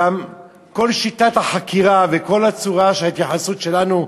גם כל שיטת החקירה וכל הצורה של ההתייחסות שלנו,